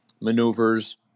maneuvers